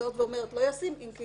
לא ישים, אם כי